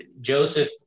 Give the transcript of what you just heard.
Joseph